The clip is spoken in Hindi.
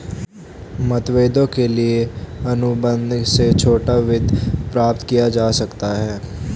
मतभेदों के लिए अनुबंध से छोटा वित्त प्राप्त किया जा सकता है